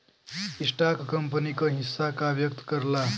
stock company क हिस्सा का व्यक्त करला